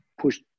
push